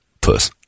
puss